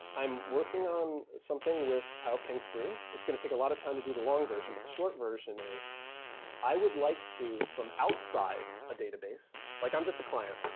i'm working on something with kyle kingsbury. it's going to take a lot of time to do the long version, but the short version is i would like to, from outside, a database. like i'm just a client.